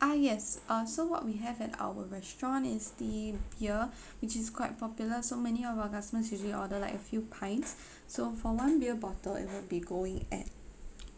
ah yes uh so what we have at our restaurant is the beer which is quite popular so many of our customers usually order like a few pints so for one beer bottle it'll be going at